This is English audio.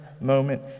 moment